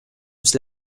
was